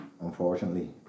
Unfortunately